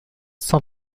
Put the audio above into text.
cent